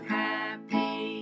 happy